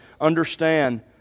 understand